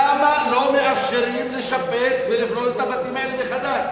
למה לא מאפשרים לשפץ ולבנות את הבתים האלה מחדש?